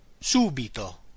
SUBITO